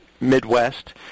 Midwest